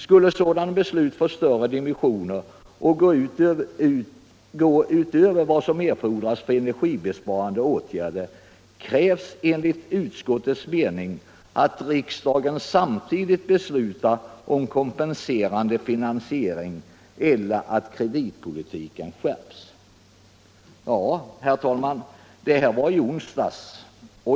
Skulle sådana beslut få större dimensioner och gå utöver vad som erfordras för energibesparande åtgärder krävs enligt utskottets mening att riksdagen samtidigt beslutar om kompenserande finansiering eller att kreditpolitiken skärps.” Ja, herr talman, detta var i onsdags.